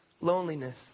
loneliness